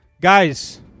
Guys